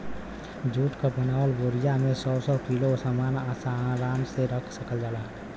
जुट क बनल बोरिया में सौ सौ किलो सामन आराम से रख सकल जाला